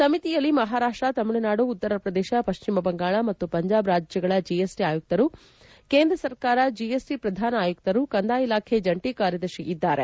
ಸಮಿತಿಯಲ್ಲಿ ಮಹಾರಾಷ್ಟ ತಮಿಳುನಾಡು ಉತ್ತರ ಪ್ರದೇಶ ಪಶ್ಚಿಮ ಬಂಗಾಳ ಮತ್ತು ಪಂಜಾಬ್ ರಾಜ್ಯಗಳ ಜಿಎಸ್ಟಿ ಆಯುಕ್ತರು ಕೇಂದ್ರ ಸರ್ಕಾರ ಜಿಎಸ್ಟಿ ಪ್ರಧಾನ ಆಯುಕ್ತರು ಕಂದಾಯ ಇಲಾಖೆಯ ಜಂಟಿ ಕಾರ್ಯದರ್ಶಿ ಇದ್ದಾರೆ